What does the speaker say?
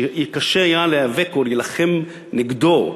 שקשה היה להיאבק או להילחם נגדו,